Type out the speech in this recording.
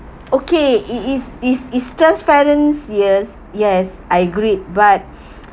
okay it is is is just felon years yes I agreed but